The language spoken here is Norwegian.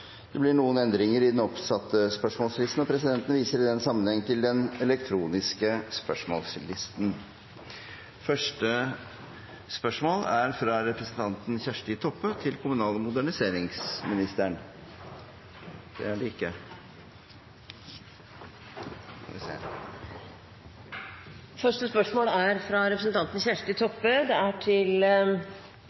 Det blir noen endringer i den oppsatte spørsmålslisten. Presidenten viser i den sammenheng til den elektroniske spørsmålslisten som er gjort tilgjengelig for representantene. De foreslåtte endringene i dagens spørretime foreslås godkjent. – Det anses vedtatt. Endringene var som følger: Spørsmål 1, fra representanten Kjersti Toppe til kommunal- og moderniseringsministeren, er overført til